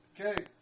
Okay